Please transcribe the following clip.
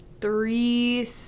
three